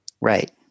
right